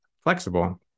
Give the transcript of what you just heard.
flexible